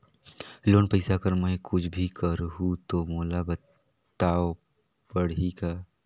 Loan पइसा कर मै कुछ भी करहु तो मोला बताव पड़ही का?